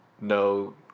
no